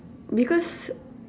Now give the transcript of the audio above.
because